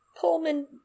Pullman